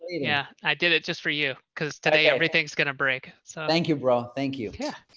yeah, i did it just for you. because today everything's gonna break. so thank you, bro. thank you. yeah.